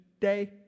day